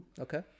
Okay